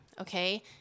Okay